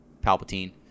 Palpatine